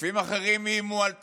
גופים אחרים איימו על תקציב.